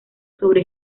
sobre